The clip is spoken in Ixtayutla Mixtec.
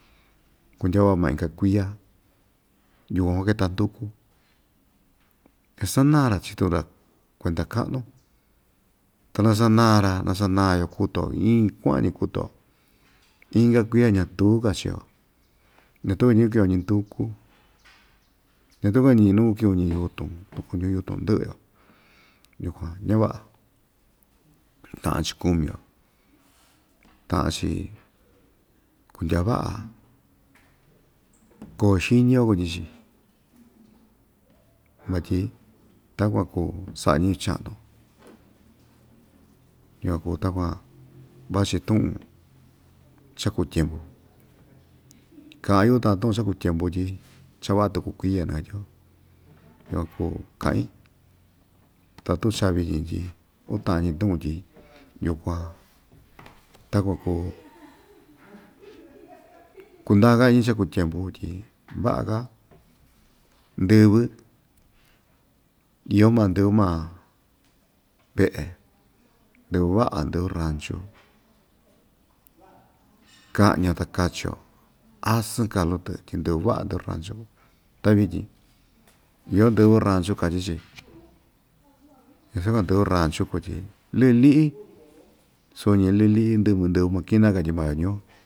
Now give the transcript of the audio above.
Kundya maa ma inka kuiya yukuan kuaketa ndúku ñasanaa‑ra chii‑tun ta kuenda ka'nu ta nasanaa‑ra nasana‑yo kutuo iin kua'an‑ñi kutuo inka kuiya ñatuu‑ka chio ñatu‑ka ñɨvɨ kiso ñi‑ndúku ñatu‑ka ñi nu kuki'un ñii yutun tu kuñu yutun ndɨ'ɨ‑yo yukuan ñava'a ta'an‑chi kumio ta'an‑chi kundya va'a koo xiñi‑yo kuñi‑chi vatyi takuan kuu sa'a ñɨvɨ cha'nu yukuan kuu takuan vachi tu'un cha‑kuu tyempu ka'an‑yu uu ta'an tu'un cha‑kuu tyempu tyi chava'a tuku kuiye nakatyio yukuan kuu ka'in ta tu'un cha vityin tyi uu ta'an‑ñi tu'un tyi yukuan takuan kuu kundaa‑ka iñi cha‑kuu tyempu tyi va'a‑ka ndɨvɨ iyo maa ndɨvɨ maa ve'e ndɨvɨ va'a ndɨvɨ ranchu ka'ñi‑yo ta kachio asɨɨn kalu‑tɨ tyi ndɨvɨ va'a ndɨvɨ ranchu kuu ta vityin iyo ndɨvɨ ranchu katyi‑chi ñasu‑ka ndɨvɨ ranchu kuu tyi lɨ'yɨ li'i suu‑ñi lɨ'yɨ li'i ndɨvɨ ndɨvɨ makina katyi maa‑yo ñuu.